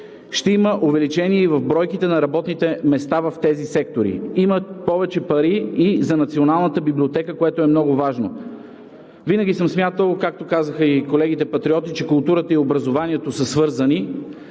Ще има увеличение и в бройките на работните места в тези сектори. Има повече пари и за Националната библиотека, което е много важно. Винаги съм смятал, както казаха и колегите Патриоти, че културата и образованието са свързани.